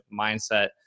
mindset